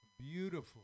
Beautiful